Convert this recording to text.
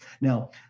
Now